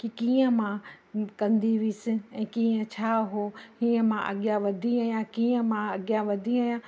कि कीअं मां कंदी हुअसि ऐं कीअं छो उहो हीअं मां अॻियां वधी आहियां कीअं मां अॻियां वधी आहियां